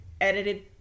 edited